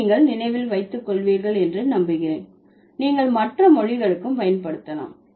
இதை நீங்கள் நினைவில் வைத்துக் கொள்வீர்கள் என்று நம்புகிறேன் நீங்கள் மற்ற மொழிகளுக்கும் பயன்படுத்தலாம்